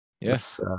Yes